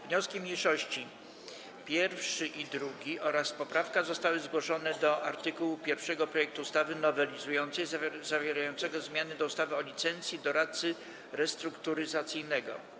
Wnioski mniejszości 1. i 2. oraz poprawka zostały zgłoszone do art. 1 projektu ustawy nowelizującej zawierającego zmiany do ustawy o licencji doradcy restrukturyzacyjnego.